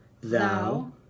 thou